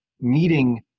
meeting